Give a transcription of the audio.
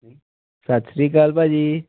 ਸਤਿ ਸ੍ਰੀ ਅਕਾਲ ਭਾਅ ਜੀ